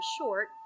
short